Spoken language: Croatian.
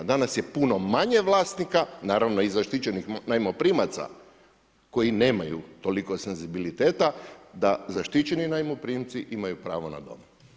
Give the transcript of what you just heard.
Danas je puno manje vlasnika, naravno i zaštićenih najmoprimaca koji nemaju toliko senzibiliteta da zaštićeni najmoprimci imaju pravo na dom.